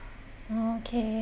okay